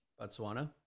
Botswana